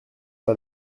pas